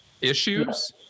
issues